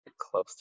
close